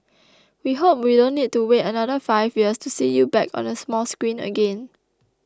we hope we don't need to wait another five years to see you back on the small screen again